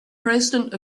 president